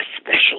special